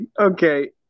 Okay